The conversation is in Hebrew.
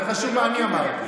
חשוב מה שאני אמרתי.